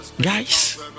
guys